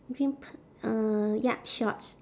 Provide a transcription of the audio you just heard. green p~ uh ya shorts